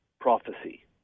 prophecy